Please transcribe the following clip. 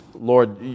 Lord